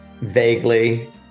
Vaguely